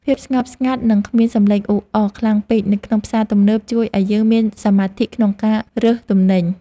ភាពស្ងប់ស្ងាត់និងគ្មានសំឡេងអ៊ូអរខ្លាំងពេកនៅក្នុងផ្សារទំនើបជួយឱ្យយើងមានសមាធិក្នុងការរើសទំនិញ។